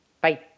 bye